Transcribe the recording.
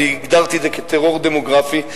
הגדרתי את זה טרור דמוגרפי.